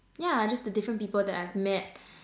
yeah just the different people that I've met